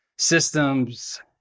systems